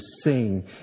sing